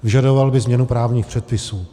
Vyžadoval by změnu právních předpisů.